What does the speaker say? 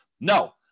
no